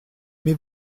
mais